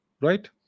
Right